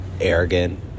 arrogant